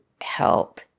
help